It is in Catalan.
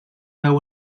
veu